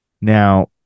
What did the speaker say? Now